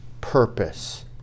purpose